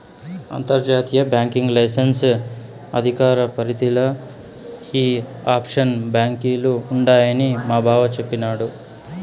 అంతర్జాతీయ banking licence అధికార పరిదిల ఈ ఆప్షోర్ బాంకీలు ఉండాయని మాబావ సెప్పిన్నాడు